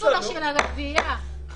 יש בחוץ הפגנה של עובדי מוזיאון המדע בירושלים,